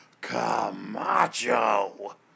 Camacho